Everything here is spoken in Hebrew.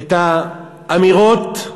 את האמירות,